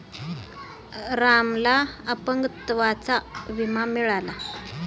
रामला अपंगत्वाचा विमा मिळाला